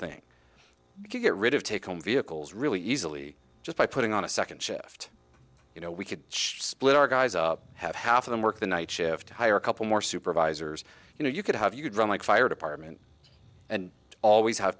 thing get rid of take home vehicles really easily just by putting on a second shift you know we could split our guys up have half of them work the night shift hire a couple more supervisors you know you could have you could run like fire department and always have